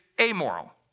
amoral